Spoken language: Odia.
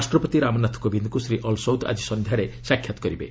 ରାଷ୍ଟ୍ରପତି ରାମନାଥ କୋବିନ୍ଦଙ୍କୁ ଶ୍ରୀ ଅଲ୍ସୌଦ ଆଜି ସନ୍ଧ୍ୟାରେ ସାକ୍ଷାତ୍ କରିବେ